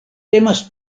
temas